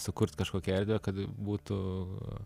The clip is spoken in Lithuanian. sukurt kažkokią erdvę kad būtų